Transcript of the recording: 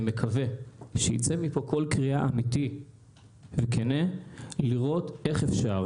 אני מקווה שייצא מפה קול קריאה אמיתי וכן לראות איך אפשר